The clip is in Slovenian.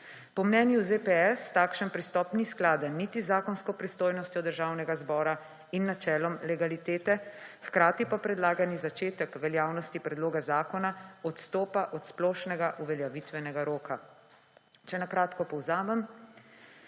Po mnenju ZPS takšen pristop ni skladen niti z zakonsko pristojnostjo Državnega zbora in načelom legalitete, hkrati pa predlagani začetek veljavnosti predloga zakona odstopa od splošnega uveljavitvenega roka. Če na kratko povzamem,